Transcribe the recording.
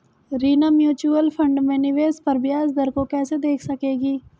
Reena mutual fund में निवेश पर ब्याज दर को कैसे देख सकेगी?